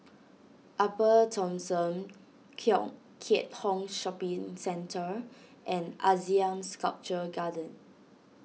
Upper Thomson Kong Keat Hong Shopping Centre and Asean Sculpture Garden